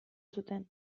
zuten